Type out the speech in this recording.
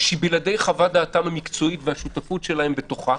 שבלעדי חוות דעתם המקצועית והשותפות שלהם בתוכה,